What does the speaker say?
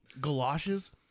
Galoshes